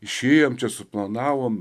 išėjom čia suplanavom